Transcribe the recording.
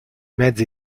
mezzi